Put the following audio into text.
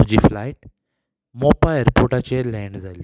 म्हजी फ्लायट मोपा एरपोर्टाचेर लँड जाल्ली